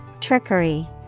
Trickery